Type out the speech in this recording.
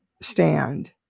stand